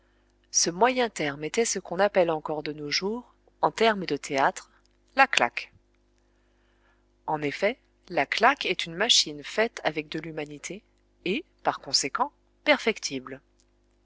ce moyen terme était ce qu'on appelle encore de nos jours en termes de théâtre la claque en effet la claque est une machine faite avec de l'humanité et par conséquent perfectible